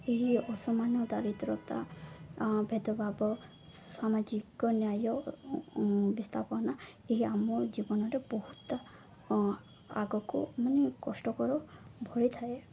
ଏହି ଅସମାନ ଦାରିଦ୍ରତା ଭେଦଭାବ ସାମାଜିକ ନ୍ୟାୟ ବିସ୍ଥାପନା ଏହି ଆମ ଜୀବନରେ ବହୁତ ଆଗକୁ ମାନେ କଷ୍ଟକର ଭଳିଥାଏ